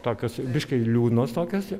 tokios biški liūdnos tokios